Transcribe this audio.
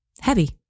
heavy